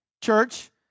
church